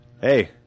Hey